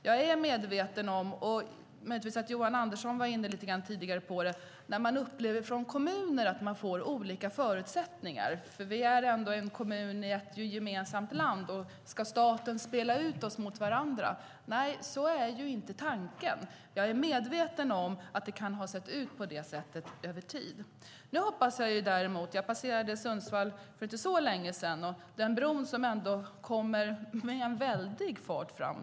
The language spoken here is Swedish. Jag känner också till - möjligtvis var Johan Andersson inne lite grann på det tidigare - att kommuner upplever att de får olika förutsättningar: Vi är ändå en kommun i ett gemensamt land, ska staten spela ut oss mot varandra? Nej, så är inte tanken. Jag är medveten om att det kan ha sett ut på det sättet över tid. Jag passerade Sundsvall för inte så länge sedan, och där växer bron fram med en väldig fart.